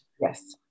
Yes